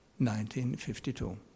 1952